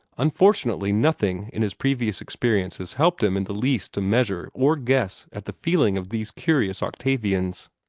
unfortunately nothing in his previous experiences helped him in the least to measure or guess at the feelings of these curious octavians.